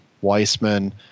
Weissman